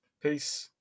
Peace